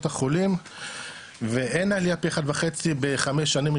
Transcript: החולים ואין עלייה פי אחד וחצי בחמש שנים,